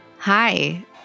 Hi